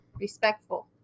respectful